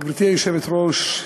גברתי היושבת-ראש,